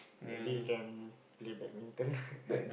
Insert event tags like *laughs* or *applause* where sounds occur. maybe you can play badminton *laughs*